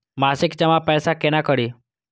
मासिक जमा पैसा केना करी?